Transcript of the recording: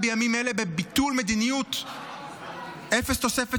בימים אלה משרד ראש הממשלה דן בביטול מדיניות "אפס תוספת